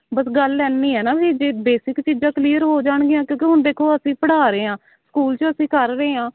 ਬਸ ਗੱਲ ਇੰਨੀ ਹੈ ਨਾ ਵੀ ਜੇ ਬੇਸਿਕ ਚੀਜ਼ਾਂ ਕਲੀਅਰ ਹੋ ਜਾਣਗੀਆਂ ਕਿਉਂਕਿ ਹੁਣ ਦੇਖੋ ਅਸੀਂ ਪੜ੍ਹਾ ਰਹੇ ਹਾਂ ਸਕੂਲ 'ਚ ਅਸੀਂ ਕਰ ਰਹੇ ਹਾਂ